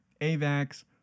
AVAX